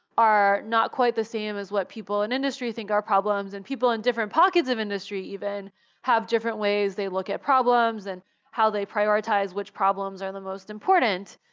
are not quite the same as what people in industry think are problems, and people in different pockets of industry even have different ways they look at problems and how they prioritize which problems are the most important.